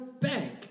bank